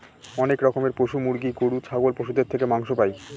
অনেক রকমের পশু মুরগি, গরু, ছাগল পশুদের থেকে মাংস পাই